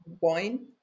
wine